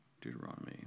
Deuteronomy